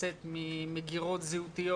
לצאת ממגירות של זהות.